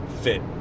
fit